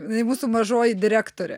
jinai mūsų mažoji direktorė